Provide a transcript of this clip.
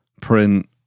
print